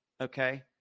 Okay